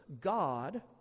God